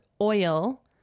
oil